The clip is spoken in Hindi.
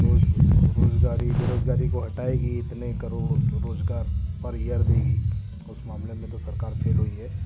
रोज रोजगारी बेरोजगारी को हटाएगी इतने करोड़ रोजगार पर ईयर देगी उस मामले में तो सरकार फेल हुई है